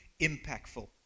impactful